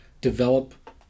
develop